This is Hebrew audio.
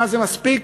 זה מספיק